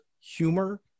humor